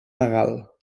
legal